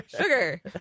Sugar